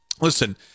listen